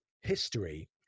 history